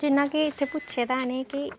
जियां कि इत्थै पुच्छे दा ऐ इ'नें कि